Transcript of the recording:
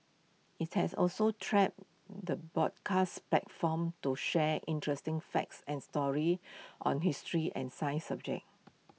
IT has also trapped the broadcast platform to share interesting facts and stories on history and science subjects